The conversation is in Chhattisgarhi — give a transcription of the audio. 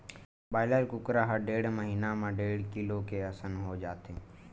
बायलर कुकरा ह डेढ़ महिना म डेढ़ किलो के असन हो जाथे